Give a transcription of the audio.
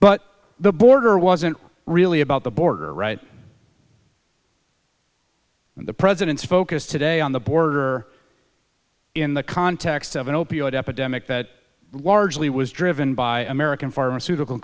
but the border wasn't really about the border right the president's focus today on the border in the context of an opioid epidemic that largely was driven by american pharmaceutical